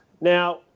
Now